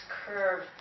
curve